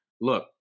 look